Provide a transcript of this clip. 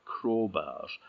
crowbars